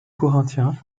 corinthien